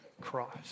Christ